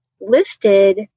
Listed